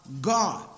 God